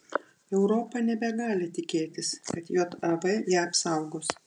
europa nebegali tikėtis kad jav ją apsaugos